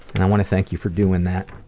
and i wanna thank you for doing that